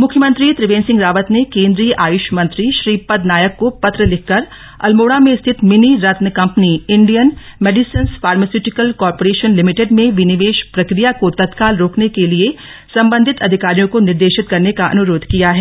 मुख्यमंत्री त्रिवेन्द्र सिंह रावत ने केन्द्रीय आयुष मंत्री श्रीपद नायक को पत्र लिखकर अल्मोड़ा में स्थित mini ratna company Indian medicines pharmaceuticals corporation limited में विनिवेश प्रक्रिया को तत्काल रोकने के लिए सम्बन्धित अधिकारियों को निर्देशित करने का अनुरोध किया है